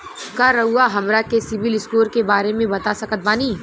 का रउआ हमरा के सिबिल स्कोर के बारे में बता सकत बानी?